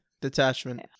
detachment